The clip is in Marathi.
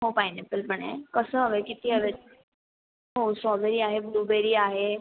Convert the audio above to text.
हो पायनॅपल पण आहे कसं हवं आहे किती हवे आहेत हो स्ट्रॉबेरी आहे ब्लूबेरी आहे